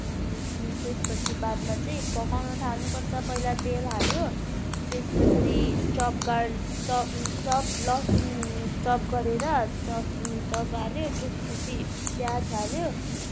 त्यसपछि बादमा चाहिँ पकाउन थाल्नुपर्छ पहिला तेल हाल्यो त्यसपछाडि चप गार्लिक चप चप लहसुन चप गरेर चप चप हाल्यो त्यसपछि पियाज हाल्यो